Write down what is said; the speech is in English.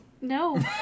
No